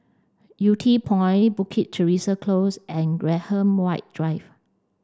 Yew Tee Point Bukit Teresa Close and Graham White Drive